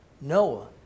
Noah